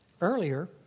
Earlier